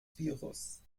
virus